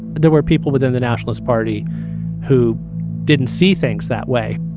there were people within the nationalist party who didn't see things that way